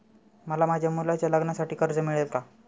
मला माझ्या मुलाच्या लग्नासाठी कर्ज मिळेल का?